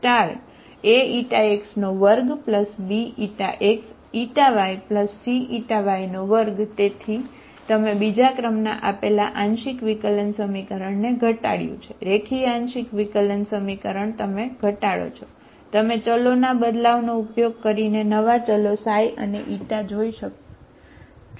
તેથી તમે બીજા ક્રમના આપેલા આંશિક વિકલન સમીકરણ તમે ઘટાડો છો તમે ચલોના બદલાવનો ઉપયોગ કરીને નવા ચલો અને તમે જઈ શકો છો